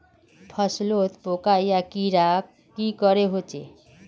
फसलोत पोका या कीड़ा की करे होचे?